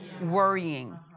worrying